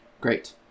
Great